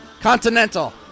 Continental